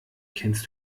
kennst